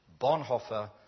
Bonhoeffer